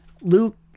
Luke